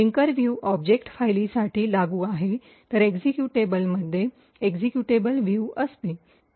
linker view object फायलींसाठी लागू आहे तर एक्जीक्यूटेबलमध्ये एक्झिक्युटेबल व्ह्यू असते